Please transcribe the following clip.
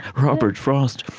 robert frost.